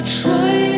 try